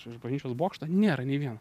iš bažnyčios bokšto nėra nei vieno